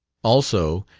also,